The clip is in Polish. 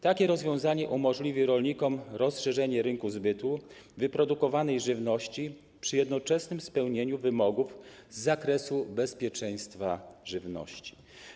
Takie rozwiązanie umożliwi rolnikom rozszerzenie rynku zbytu wyprodukowanej żywności przy jednoczesnym spełnieniu wymogów z zakresu bezpieczeństwa żywności.